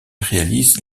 réalise